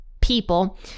people